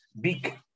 big